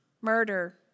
murder